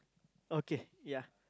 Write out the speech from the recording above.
okay ya